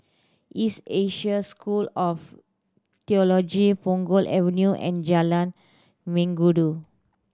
East Asia School of Theology Punggol Avenue and Jalan Mengkudu